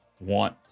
want